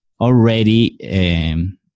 already